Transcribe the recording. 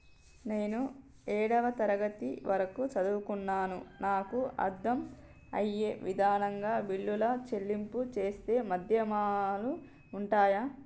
నేను ఏడవ తరగతి వరకు చదువుకున్నాను నాకు అర్దం అయ్యే విధంగా బిల్లుల చెల్లింపు చేసే మాధ్యమాలు ఉంటయా?